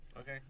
Okay